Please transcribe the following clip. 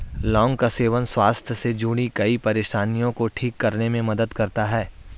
लौंग का सेवन स्वास्थ्य से जुड़ीं कई परेशानियों को ठीक करने में मदद करता है